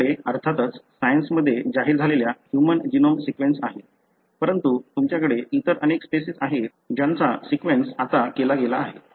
तुमच्याकडे अर्थातच सायन्समध्ये जाहीर झालेला ह्यूमन जीनोम सीक्वेन्स आहे परंतु तुमच्याकडे इतर अनेक स्पेसिस आहेत ज्यांचा सीक्वेन्स आता केला गेला आहे